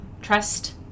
trust